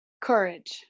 Courage